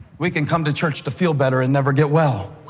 we can come to church to feel better and never get well.